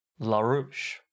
LaRouche